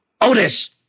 Otis